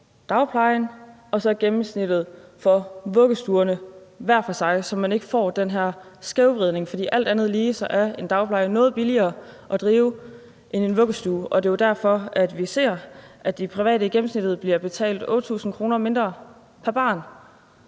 dagplejen og gennemsnittet for vuggestuerne hver for sig, så man ikke får den her skævvridning? For alt andet lige er en dagpleje noget billigere at drive end en vuggestue, og det er jo derfor, vi ser, at de private i gennemsnit bliver betalt 8.000 kr. mindre pr. barn.